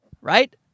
Right